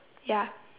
ya